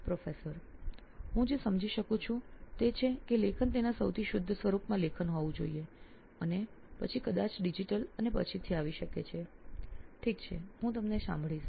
પ્રાધ્યાપક હું જે સમજી શકું છું તે છે કે લેખન તેના સૌથી શુદ્ધ સ્વરૂપમાં લેખન હોવું જોઈએ અને પછી કદાચ ડિજિટલ અને તે પછીથી આવી શકે ઠીક છે હું તમને સાંભળીશ